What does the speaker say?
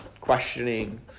questioning